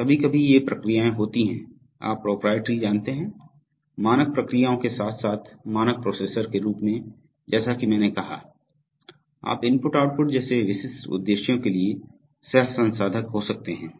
कभी कभी ये प्रक्रियाएँ होती हैं आप प्रोप्राइटरी जानते हैं मानक प्रक्रियाओं के साथ साथ मानक प्रोसेसर के रूप में जैसा कि मैंने कहा आप IO जैसे विशिष्ट उद्देश्यों के लिए सहसंसाधक हो सकते हैं